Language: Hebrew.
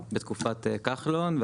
בתקופת כחלון,